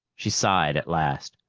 she sighed at last.